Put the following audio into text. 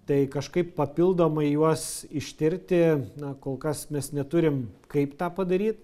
tai kažkaip papildomai juos ištirti na kol kas mes neturim kaip tą padaryt